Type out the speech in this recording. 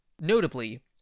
Notably